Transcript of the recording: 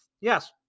yes